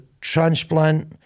transplant